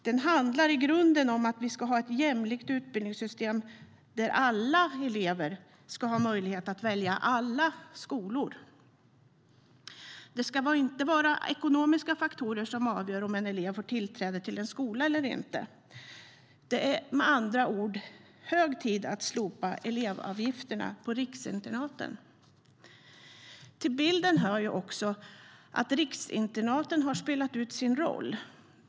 Den handlar i grunden om att vi ska ha ett jämlikt utbildningssystem där alla elever ska ha möjlighet att välja alla skolor. Det ska inte vara ekonomiska faktorer som avgör om en elev får tillträde till en skola eller inte. Det är med andra ord hög tid att slopa elevavgifterna på riksinternaten. Till bilden hör också att riksinternaten har spelat ut sin roll.